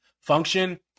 function